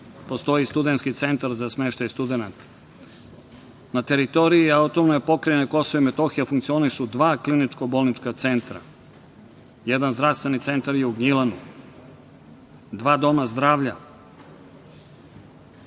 Postoji studenski centar za smeštaj studenata. Na teritoriji AP KiM funkcionišu dva kliničko-bolnička centra. Jedan zdravstveni centar je u Gnjilanu, dva doma zdravlja.